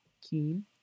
Keen